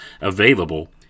available